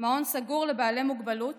מעון סגור לבעלי מוגבלות